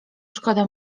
szkoda